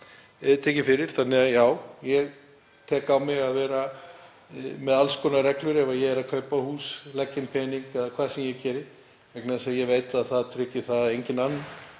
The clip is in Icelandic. ég tek á mig að vera með alls konar reglur ef ég er að kaupa hús, legg inn pening eða hvað sem ég geri, vegna þess að ég veit að það tryggir að enginn